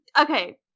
okay